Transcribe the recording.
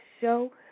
show